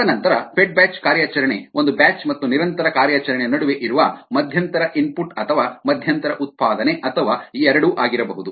ತದನಂತರ fed batch ಕಾರ್ಯಾಚರಣೆ ಒಂದು ಬ್ಯಾಚ್ ಮತ್ತು ನಿರಂತರ ಕಾರ್ಯಾಚರಣೆಯ ನಡುವೆ ಇರುವ ಮಧ್ಯಂತರ ಇನ್ಪುಟ್ ಅಥವಾ ಮಧ್ಯಂತರ ಉತ್ಪಾದನೆ ಅಥವಾ ಎರಡೂ ಆಗಿರಬಹುದು